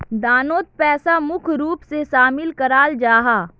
दानोत पैसा मुख्य रूप से शामिल कराल जाहा